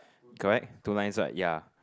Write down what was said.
correct two lines right ya